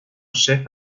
chef